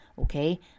Okay